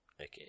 Okay